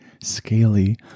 scaly